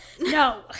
No